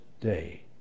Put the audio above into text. day